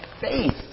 faith